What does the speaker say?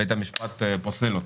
בית המשפט פוסל אותה.